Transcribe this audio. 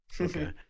Okay